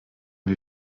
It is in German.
wir